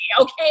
Okay